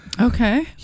Okay